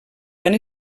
van